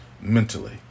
mentally